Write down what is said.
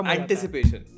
Anticipation